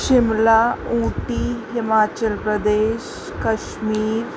Shimla Ooty Himachal Pradesh Kashmir